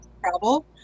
Travel